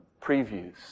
previews